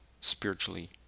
spiritually